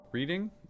Reading